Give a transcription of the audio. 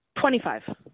Twenty-five